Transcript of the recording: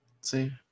See